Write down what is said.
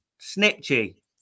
Snitchy